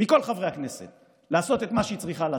מכל חברי הכנסת לעשות את מה שהיא צריכה לעשות,